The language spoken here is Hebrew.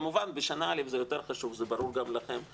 כמובן בשנה א' זה יותר חשוב, זה ברור גם לכם למה,